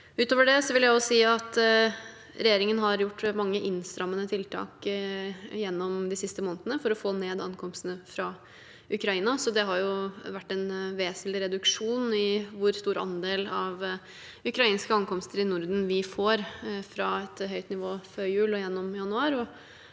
Utover det vil jeg si at regjeringen har gjort mange innstrammende tiltak de siste månedene for å få ned ankomstene fra Ukraina. Det har vært en vesentlig reduksjon i andelen vi får av ukrainske ankomster i Norden, fra et høyt nivå før jul og gjennom januar,